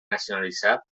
nacionalitzat